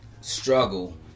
Struggle